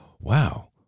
wow